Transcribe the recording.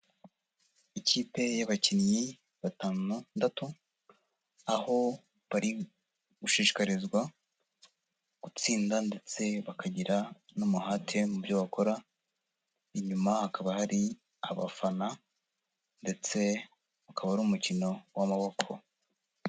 Ikipe y'abakinnyi batandatu, aho bari gushishikarizwa gutsinda ndetse bakagira n'umuhate mu byo bakora, inyuma hakaba hari abafana ndetse akaba ari umukino w'amaboko.